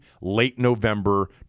late-November